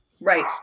right